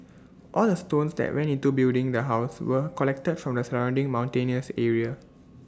all the stones that went into building the house were collected from the surrounding mountainous area